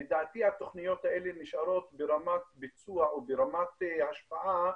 לדעתי התוכניות האלה נשארות ברמת ביצוע או ברמת השפעה,